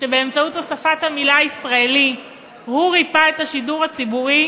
שבאמצעות הוספת המילה הישראלי הוא ריפא את השידור הציבורי,